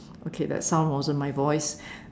okay that sound wasn't my voice